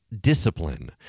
discipline